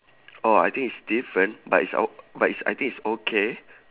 oh I think it's different but it's oh but it's I think it's okay